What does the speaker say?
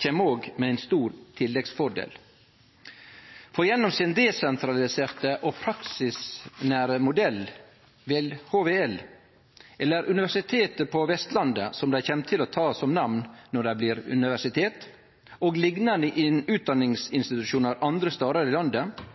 kjem òg med ein stor tilleggsfordel, for gjennom sin desentraliserte og praksisnærare modell vil HVL – eller Universitet på Vestlandet, som dei kjem til å ta som namn når det blir universitet – og liknande utdanningsinstitusjonar andre stader i landet